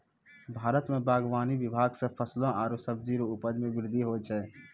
भारत मे बागवानी विभाग से फलो आरु सब्जी रो उपज मे बृद्धि होलो छै